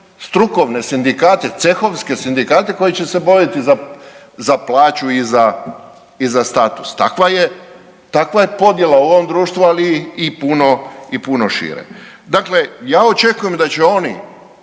strukovne sindikate, cehovske sindikate koji će se boriti za plaću i za status. Takva je podjela u ovom društvu, ali i i puno šire. Dakle, ja očekujem da će oni